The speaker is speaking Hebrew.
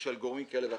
של גורמים כאלה ואחרים.